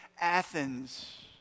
Athens